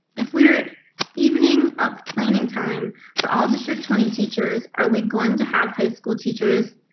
if we're evening up planning time for all district twenty teachers, are we going to have high school teachers?